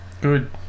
Good